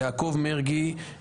יעקב מרגי,